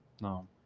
no